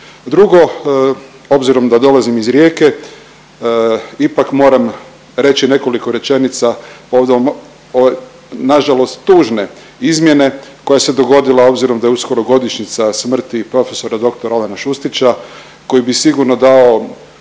Drugo, obzirom da dolazim iz Rijeke ipak moram reći nekoliko rečenica povodom ove nažalost tužne izmjene koja se dogodila obzirom da je uskoro godišnjica smrti prof.dr. Alena Šustića koji bi sigurno dao